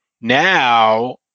Now